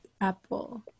Apple